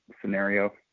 scenario